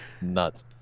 Nuts